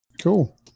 Cool